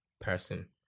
person